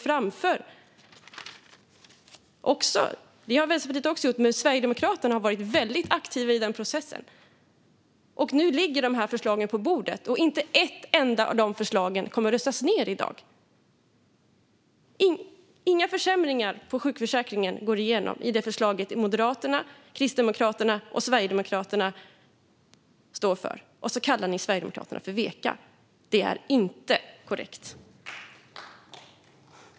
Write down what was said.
Det har Vänsterpartiet också gjort, men Sverigedemokraterna har varit väldigt aktiva i den processen. Nu ligger dessa förslag på bordet, och inte ett enda av dem kommer att röstas ned i dag. Inga försämringar av sjukförsäkringen går igenom i det förslag som Moderaterna, Kristdemokraterna och Sverigedemokraterna står för. Ändå kallar Ida Gabrielsson Sverigedemokraterna för veka. Det är inte korrekt.